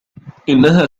إنها